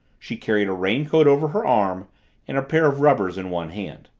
she carried a raincoat over her arm and a pair of rubbers in one hand.